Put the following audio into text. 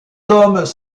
hommes